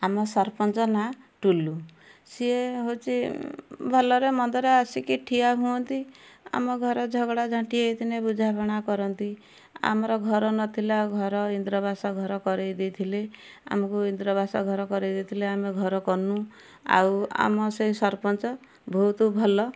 ଆମ ସରପଞ୍ଚ ନାଁ ଟୁଲୁ ସିଏ ହେଉଛି ଭଲରେ ମନ୍ଦରେ ଆସିକି ଠିଆ ହୁଅନ୍ତି ଆମ ଘରେ ଝଗଡ଼ା ଝାଣ୍ଟି ହେଇଥିନେ ବୁଝାମଣା କରନ୍ତି ଆମର ଘର ନଥିଲା ଘର ଇନ୍ଦିରା ଆବାସ ଘର କରେଇ ଦେଇଥିଲେ ଆମକୁ ଇନ୍ଦିରା ଆବାସ ଘର କରେଇ ଦେଇଥିଲେ ଆମେ ଘର କନୁ ଆଉ ଆମ ସେଇ ସରପଞ୍ଚ ବହୁତ ଭଲ